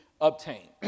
obtained